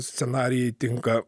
scenarijai tinka